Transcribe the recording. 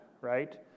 right